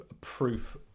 proof